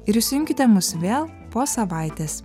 ir įsijunkite mus vėl po savaitės